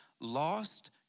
lost